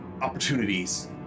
opportunities